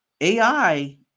AI